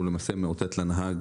מאותת לנהג